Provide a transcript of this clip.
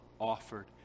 offered